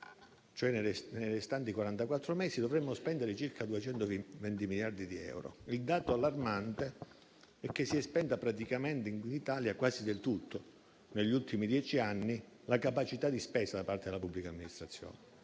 cioè nei restanti 44 mesi, dovremmo spendere circa 220 miliardi di euro. Il dato allarmante è che si è praticamente spenta in Italia - quasi del tutto negli ultimi dieci anni - la capacità di spesa da parte della pubblica amministrazione,